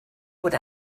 would